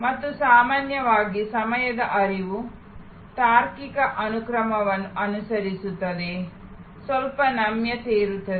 ಮತ್ತು ಸಾಮಾನ್ಯವಾಗಿ ಸಮಯದ ಹರಿವು ತಾರ್ಕಿಕ ಅನುಕ್ರಮವನ್ನು ಅನುಸರಿಸುತ್ತದೆ ಸ್ವಲ್ಪ ನಮ್ಯತೆ ಇರುತ್ತದೆ